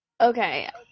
Okay